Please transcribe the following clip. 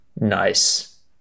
Nice